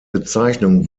bezeichnung